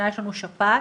בטבת תשפ"ב,